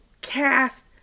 cast